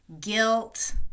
guilt